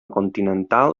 continental